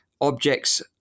objects